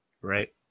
Right